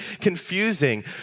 confusing